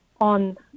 on